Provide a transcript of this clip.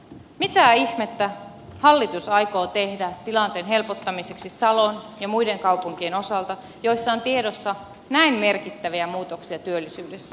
mitä ihmettä hallitus aikoo tehdä tilanteen helpottamiseksi salon ja muiden kaupunkien osalta joissa on tiedossa näin merkittäviä muutoksia työllisyydessä